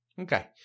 Okay